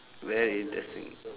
very interesting